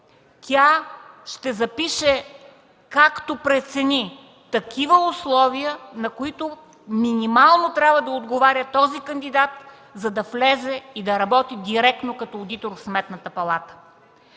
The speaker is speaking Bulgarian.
тя ще запише, както прецени, такива условия, на които минимално трябва да отговаря този кандидат, за да влезе и да работи директно като одитор в Сметната палата.